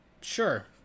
Sure